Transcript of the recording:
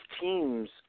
teams